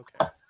Okay